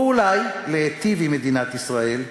ואולי להיטיב עם מדינת ישראל,